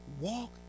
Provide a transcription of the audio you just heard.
walk